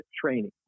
training